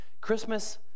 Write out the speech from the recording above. Christmas